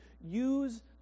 use